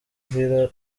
villa